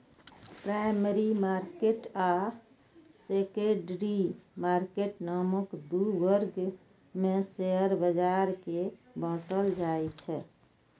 primary market आ secondary market नामक दू वर्ग मे शेयर बाजार कें बांटल जाइ छै